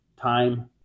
time